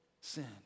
sin